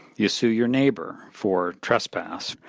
you sue your neighbor for trespass.